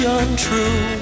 untrue